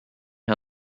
how